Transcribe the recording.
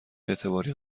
اعتباری